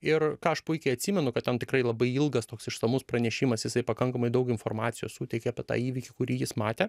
ir ką aš puikiai atsimenu kad ten tikrai labai ilgas toks išsamus pranešimas jisai pakankamai daug informacijos suteikė apie tą įvykį kurį jis matė